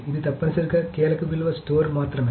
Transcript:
ఇది తప్పనిసరిగా కీలక విలువ స్టోర్ మాత్రమే